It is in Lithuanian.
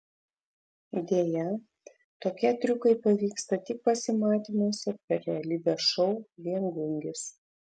deja tokie triukai pavyksta tik pasimatymuose per realybės šou viengungis